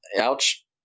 Ouch